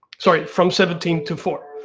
sorry, from seventeen to four.